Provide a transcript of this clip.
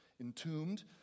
entombed